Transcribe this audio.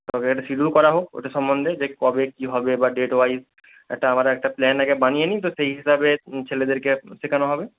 তবে একটা সিডিউল করা হোক ওটা সম্বন্ধে যে কবে কী হবে বা ডেট ওয়াইস একটা আমরা একটা প্ল্যান আগে বানিয়ে নিই তো সেই হিসাবে ছেলেদেরকে শেখানো হবে